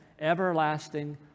everlasting